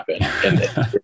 happen